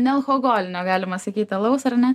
nealchogolinio galima sakyt alaus ar ne